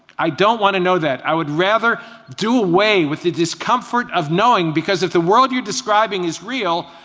i don't want to know that. i would rather do away with the discomfort of knowing because if the world you're describing is real,